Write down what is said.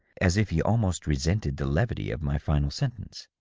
as if he almost resented the levity of my final sentence.